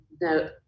no